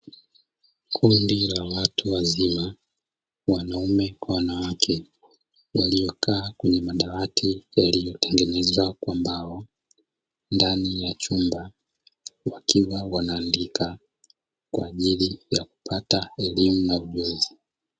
kundi la watu wazima wanaume kwa wanawake waliokaa kwenye madawati yalitengenezwa kwa mbao ndani ya chumba wakiwa wanaandika kwajili ya kupata elimu na ujuzi.